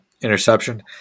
interception